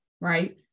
right